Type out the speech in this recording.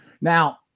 Now